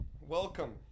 welcome